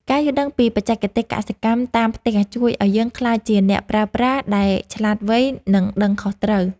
ការយល់ដឹងពីបច្ចេកទេសកសិកម្មតាមផ្ទះជួយឱ្យយើងក្លាយជាអ្នកប្រើប្រាស់ដែលឆ្លាតវៃ និងដឹងខុសត្រូវ។